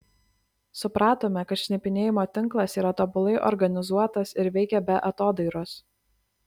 supratome kad šnipinėjimo tinklas yra tobulai organizuotas ir veikia be atodairos